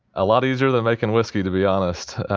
a lot easier than making whiskey, to be honest.